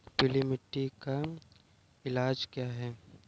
पीली मिट्टी का इलाज क्या है?